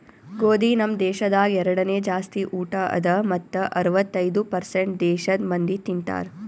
ಗೋದಿ ನಮ್ ದೇಶದಾಗ್ ಎರಡನೇ ಜಾಸ್ತಿ ಊಟ ಅದಾ ಮತ್ತ ಅರ್ವತ್ತೈದು ಪರ್ಸೇಂಟ್ ದೇಶದ್ ಮಂದಿ ತಿಂತಾರ್